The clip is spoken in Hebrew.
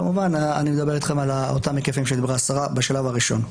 כמובן אני מדבר אתכם על אותם היקפים שדיברה השרה בשלב הראשון.